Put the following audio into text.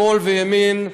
שמאל וימין,